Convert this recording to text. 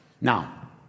Now